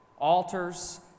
Altars